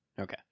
Okay